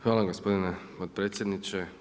Hvala gospodine potpredsjedniče.